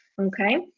Okay